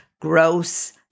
gross